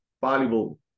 valuable